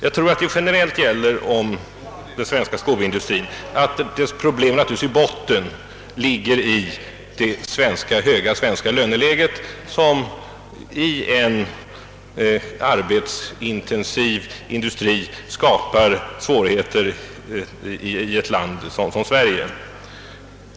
Jag tror att det generellt gäller om den svenska skoindustrin att dess grundproblem ligger i det höga löneläget, som i en arbetsintensiv industri skapar svårigheter i ett land som Sverige.